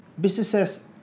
Businesses